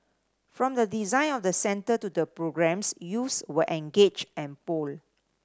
from the design of the centre to the programmes youths were engaged and polled